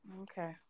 Okay